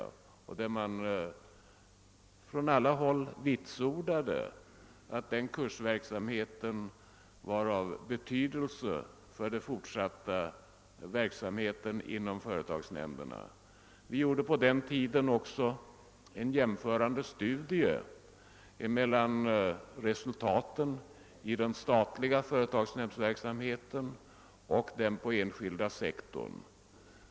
Därvid vitsordade man från alla håll att den kursverksamheten: var av betydelse för den fortsatta verksamheten inom företagsnämnderna. Vi gjorde på den tiden också en jämförande studie mellan resultaten av den statliga — företagsnämndsverksamheten och motsvarande verksamhet inom den enskilda sektorn.